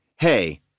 hey